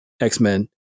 X-Men